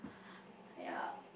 !aiya!